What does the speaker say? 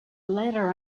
letter